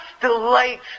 delight